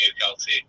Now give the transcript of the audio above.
Kelsey